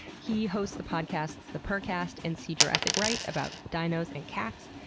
he hosts the podcasts the purrrcast and see jurassic right about dinos and cats.